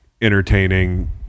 entertaining